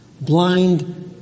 Blind